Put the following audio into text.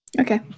Okay